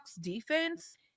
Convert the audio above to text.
defense